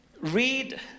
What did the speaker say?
read